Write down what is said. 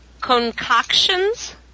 Concoctions